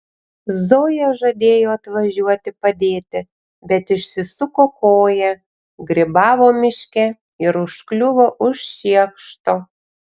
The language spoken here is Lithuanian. zoja žadėjo atvažiuoti padėti bet išsisuko koją grybavo miške ir užkliuvo už šiekšto